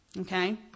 Okay